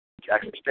Jackson